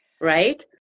right